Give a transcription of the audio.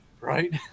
right